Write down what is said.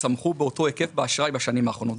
צמחו באותו היקף באשראי בשנים האחרונות.